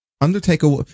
Undertaker